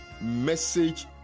Message